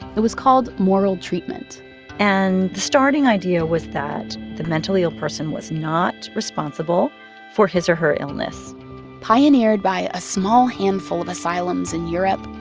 it was called moral treatment and the starting idea was that the mentally ill person was not responsible for his or her illness pioneered by a small handful of asylums in europe,